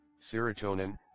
serotonin